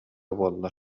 буолла